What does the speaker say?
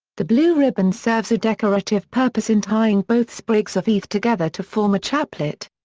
the blue ribbon serves a decorative purpose in tying both sprigs of heath together to form a chaplet.